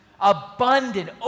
abundant